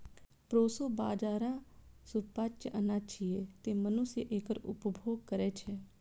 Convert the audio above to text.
proso बाजारा सुपाच्य अनाज छियै, तें मनुष्य एकर उपभोग करै छै